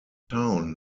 town